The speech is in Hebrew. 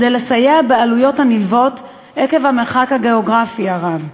כדי לסייע בעלויות הנלוות עקב המרחק הגיאוגרפי הרב.